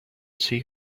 see